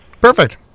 Perfect